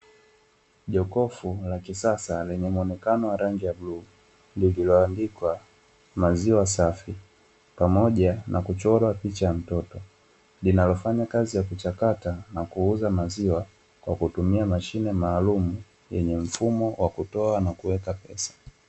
Jokofu la kisasa lenye mwonekano wa rangi ya bluu, lililoandikwa maziwa safi, pamoja na kuchorwa picha ya mtoto. Linalofanya kazi ya kuchakata na kuuza maziwa, kwa kutumia mashine maalumu yenye mfumo wa kutoa na kuweka pesa.